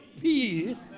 peace